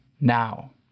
now